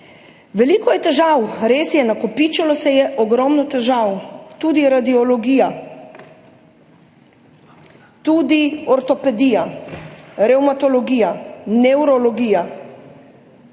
Veliko je težav, res je, nakopičilo se je ogromno težav, tudi radiologija, tudi ortopedija, revmatologija, nevrologija,